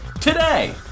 today